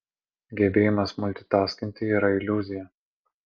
gebėjimas multitaskinti yra iliuzija